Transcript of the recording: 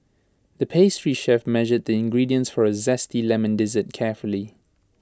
the pastry chef measured the ingredients for A Zesty Lemon Dessert carefully